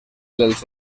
dels